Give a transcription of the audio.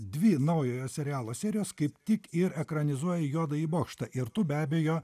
dvi naujojo serialo serijos kaip tik ir ekranizuoja juodąjį bokštą ir tu be abejo